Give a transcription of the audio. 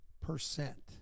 percent